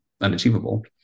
unachievable